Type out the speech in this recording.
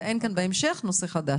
אבל כדי שלא ייטען כאן בהמשך "נושא חדש".